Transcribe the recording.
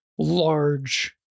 large